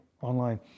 online